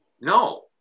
No